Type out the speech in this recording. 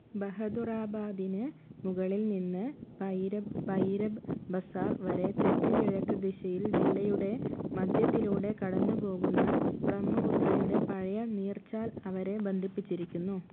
ബഹദുറാബാദിന് മുകളിൽ നിന്ന് ഭൈരബ് ഭൈരബ് ബസാർ വരെ തെക്ക് കിഴക്ക് ദിശയിൽ ജില്ലയുടെ മധ്യത്തിലൂടെ കടന്നുപോകുന്ന ബ്രഹ്മപുത്രയുടെ പഴയ നീർച്ചാൽ അവരെ ബന്ധിപ്പിച്ചിരിക്കുന്നു